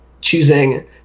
choosing